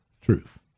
Truth